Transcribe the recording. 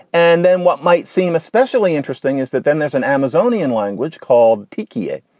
and then what might seem especially interesting is that then there's an amazonian language called tiki it.